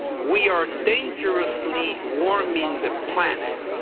we are dangerously warming the planet,